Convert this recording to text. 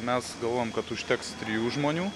mes galvojam kad užteks trijų žmonių